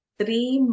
three